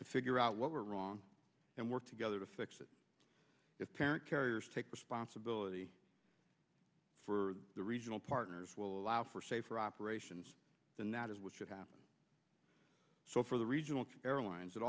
to figure out what went wrong and work together to fix it if parent carriers take responsibility for the regional partners will allow for safer operations and that is what should happen so for the regional airlines it